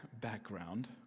background